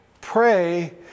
Pray